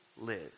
live